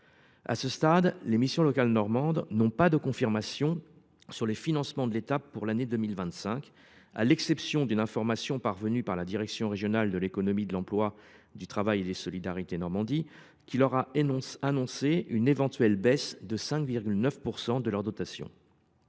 À ce stade, les missions locales normandes n’ont pas de confirmation précise sur les financements de l’État pour l’année 2025, à l’exception d’une information transmise par la direction régionale de l’économie, de l’emploi, du travail et des solidarités (Dreets) de Normandie, qui leur a annoncé une éventuelle baisse de 5,9 % de leur dotation.